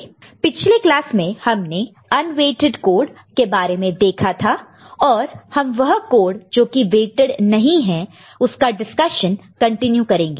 पिछले क्लास में हमने अन्वेट्इड कोड के बारे में देखा था और हम वह कोड जोकि वेटड नहीं है उसका डिस्कशन कंटिन्यू करेंगे